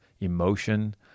emotion